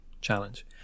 challenge